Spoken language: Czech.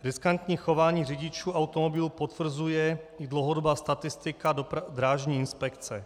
Riskantní chování řidičů automobilů potvrzuje i dlouhodobá statistika drážní inspekce.